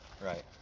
Right